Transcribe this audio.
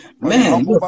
man